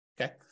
Okay